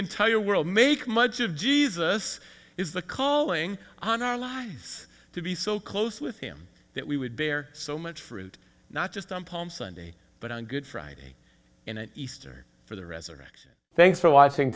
entire world make much of jesus is the calling on our lives to be so close with him that we would bear so much fruit not just on palm sunday but on good friday in an easter for the resurrection thanks for watching